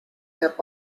peab